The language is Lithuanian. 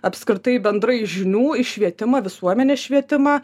apskritai bendrai žinių į švietimą visuomenės švietimą